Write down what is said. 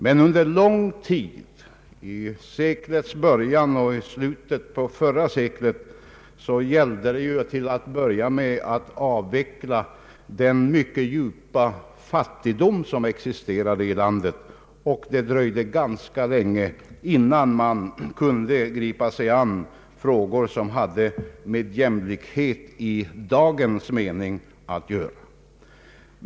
Men under lång tid i detta sekels början och i slutet på förra seklet gällde det ju till att börja med att avveckla den mycket djupa fattigdom som existerade i landet. Det dröjde ganska länge innan man kunde gripa sig an frågor som hade med jämlikhet i dagens mening att göra.